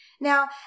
Now